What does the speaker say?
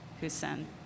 Hussein